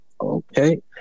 Okay